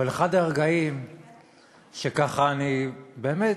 אבל אחד הרגעים שככה אני באמת